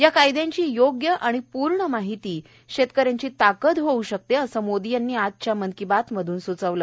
या कायद्यांची योग्य आणि पूर्ण माहिती शेतकऱ्यांची ताकद होऊ शकते असं मोदी यांनी आजच्या मन की बातमधून स्चवलं